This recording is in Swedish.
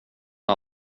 har